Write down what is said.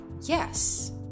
Yes